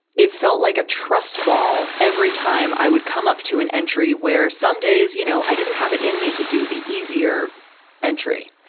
it felt like ah trust fall every time i would come up to an entry where some days, you know, i didn't have it in me to do the easier entry.